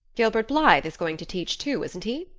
gilbert blythe is going to teach too, isn't he?